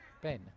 Ben